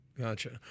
Gotcha